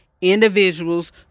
individuals